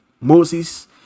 Moses